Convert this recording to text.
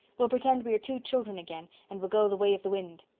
we'll pretend we are two children again and we'll go the way of the wind.